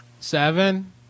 seven